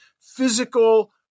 physical